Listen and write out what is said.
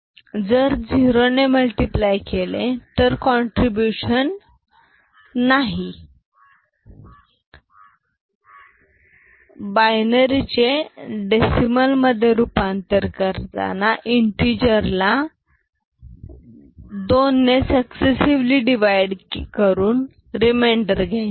जर 0 ने मल्टिपल केले तर कंट्रीब्युशन नाही बायनरी चे डेसिमल मधे रूपांतर करताना इंटिजर ला 2 ने सक्सिझिवली डीवाईड करून रेमैंडर घ्यायचा